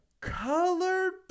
colored